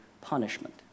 punishment